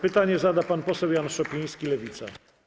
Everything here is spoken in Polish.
Pytanie zada pan poseł Janusz Szopiński, Lewica.